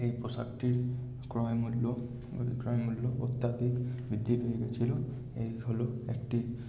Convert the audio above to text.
এই পোশাকটির ক্রয়মূল্য ক্রয়মূল্য অত্যধিক বৃদ্ধি পেয়ে গিয়েছিল এই হলো একটি